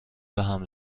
بهم